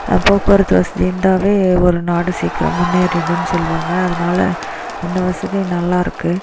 போக்குவரத்து வசதி இருந்தாவே ஒரு நாடு சீக்கிரம் முன்னேறிடும் சொல்வாங்க அதனால் அந்த வசதி நல்லாயிருக்கு